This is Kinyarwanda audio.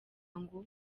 ngo